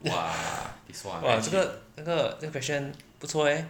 !wah! 这个这个 question 不错 eh